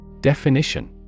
Definition